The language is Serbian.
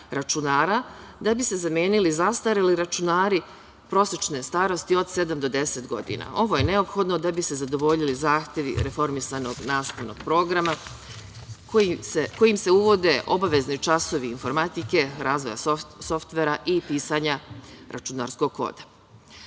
da bi se zamenili zastareli računari prosečne starosti od sedam do 10 godina. Ovo je neophodno da bi se zadovoljili zahtevi reformisanog nastavnog programa kojim se uvode obavezni časovi informatike, razvoja softvera i pisanja računarskog